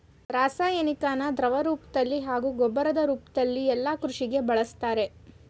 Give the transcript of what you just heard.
ರಾಸಾಯನಿಕನ ದ್ರವರೂಪ್ದಲ್ಲಿ ಹಾಗೂ ಗೊಬ್ಬರದ್ ರೂಪ್ದಲ್ಲಿ ಯಲ್ಲಾ ಕೃಷಿಗೆ ಬಳುಸ್ತಾರೆ